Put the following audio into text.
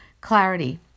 Clarity